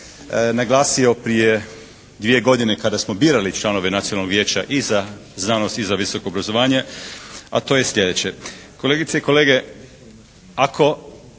naglasio prije dvije godine kada smo birali članove Nacionalnog vijeća i za znanost i za visoko obrazovanje, a to je sljedeće. Kolegice i kolege ako